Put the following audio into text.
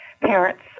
parents